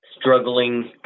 struggling